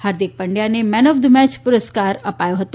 હાર્દિક પંડયાને man of the match પુરસ્કાર અપાયો હતો